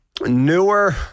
Newer